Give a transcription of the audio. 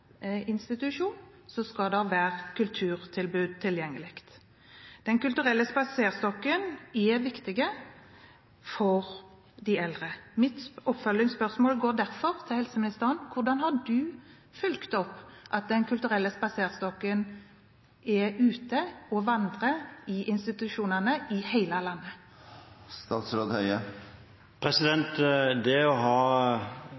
institusjon, skal det være kulturtilbud tilgjengelig. Den kulturelle spaserstokken er viktig for de eldre. Mitt oppfølgingsspørsmål går derfor til helseministeren: Hvordan har han fulgt opp at Den kulturelle spaserstokken er ute og vandrer i institusjonene i hele landet? Det å ha både profesjonell og mer frivillig innsats når det